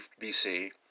BC